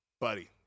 buddy